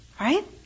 Right